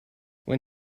when